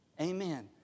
Amen